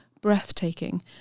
breathtaking